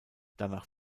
danach